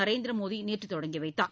நரேந்திர மோடி நேற்று தொடங்கி வைத்தார்